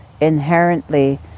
inherently